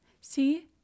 See